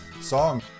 song